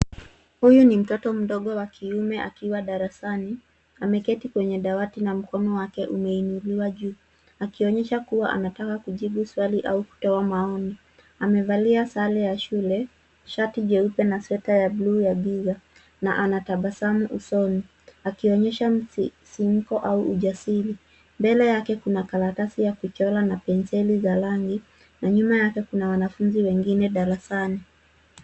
Huyu ni mtoto mdogo wa kiume akiwa darasani, ameketi kwenye dawati na mkono wake umeinuliwa juu, akionyesha kuwa anataka kujibu swali au kutoa maoni. Amevalia sare ya shule, shati jeupe na sweta ya buluu ya giza na anatabasamu usoni akionyesha msisimuko au ujasiri. Mbele yake kuna karatasi ya kuchora na penseli za rangi na nyuma yake kuna wanafunzi wengine darasani.